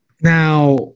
Now